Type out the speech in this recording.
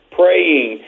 praying